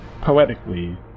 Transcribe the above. poetically